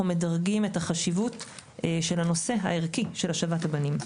מדרגים את החשיבות של הנושא הערכי של השבת הבנים.